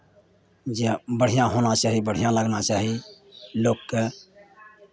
जे बढ़िआँ होना चाही बढ़िआँ लगना चाही लोककेँ